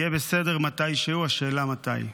יהיה בסדר מתישהו, השאלה מתי.